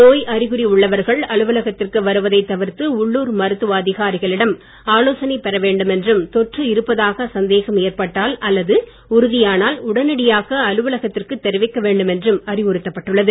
நோய் அறிகுறி உள்ளவர்கள் அலுவலகத்திற்கு வருவதை தவிர்த்து உள்ளுர் மருத்துவ அதிகாரிகளிடம் ஆலோசனை பெற வேண்டும் என்றும் தொற்று இருப்பதாக சந்தேகம் ஏற்பட்டால் அல்லது உறுதியானால் உடனடியாக அலுவலகத்திற்கு தெரிவிக்க வேண்டும் என்றும் அறிவுறுத்தப்பட்டுள்ளது